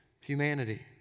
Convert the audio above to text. humanity